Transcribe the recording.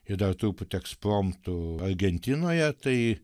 ir dar truputį eksprontu argentinoje tai